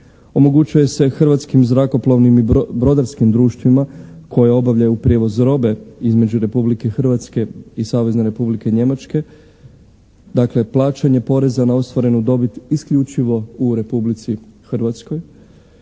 Omogućuje se hrvatskim zrakoplovnim i brodarskim društvima koja obavljaju prijevoz robe između Republike Hrvatske i Savezne Republike Njemačke dakle plaćanje poreza na ostvarenu dobit isključivo u Republici Hrvatskoj.